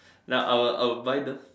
that I would I would buy those